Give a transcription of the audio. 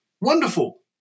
Wonderful